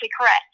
correct